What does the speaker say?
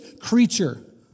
creature